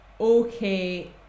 okay